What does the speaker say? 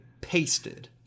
pasted